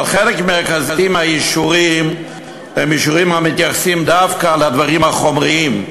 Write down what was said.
אבל חלק מרכזי מהאישורים הם אישורים המתייחסים דווקא לדברים החומריים,